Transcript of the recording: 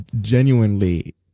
genuinely